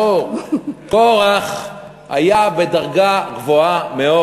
רבותי, קורח היה בדרגה גבוהה מאוד.